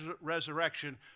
resurrection